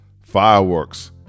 fireworks